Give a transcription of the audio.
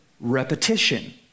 repetition